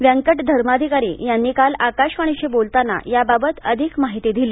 व्यंकट धर्माधिकारी यांनी काल आकाशवाणीशी बोलताना याबाबत अधिक माहिती दिली